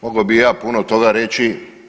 Mogao bih i ja puno toga reći.